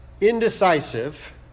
indecisive